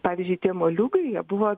pavyzdžiui tie moliūgai jie buvo